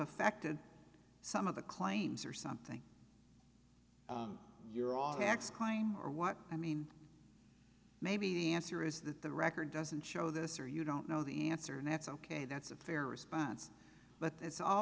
affected some of the claims or something you're on tax crying or what i mean maybe the answer is that the record doesn't show this or you don't know the answer and that's ok that's a fair response but that's all